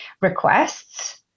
requests